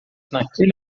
naquele